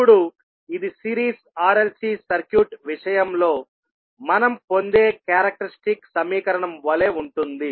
ఇప్పుడు ఇది series r l c circuit విషయంలో మనం పొందే క్యారెక్టర్స్టిక్ సమీకరణం వలె ఉంటుంది